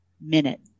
minute